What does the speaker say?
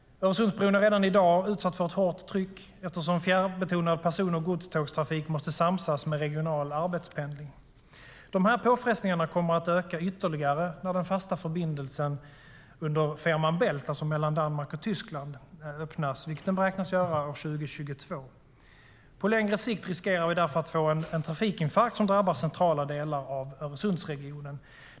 Öresundsbron är redan i dag utsatt för ett hårt tryck, eftersom fjärrbetonad person och godstågstrafik måste samsas med regional arbetspendling. Dessa påfrestningar kommer att öka ytterligare när den fasta förbindelsen under Fehmarn bält mellan Danmark och Tyskland öppnas, vilket den beräknas göra 2022. På längre sikt riskerar vi därför få en trafikinfarkt som drabbar centrala delar av Öresundsregionen.